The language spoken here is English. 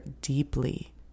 deeply